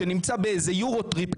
שנמצא באיזה יורו-טריפ,